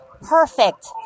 perfect